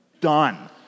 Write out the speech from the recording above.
done